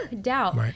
doubt